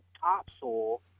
topsoil